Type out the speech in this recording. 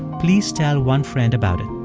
please tell one friend about it.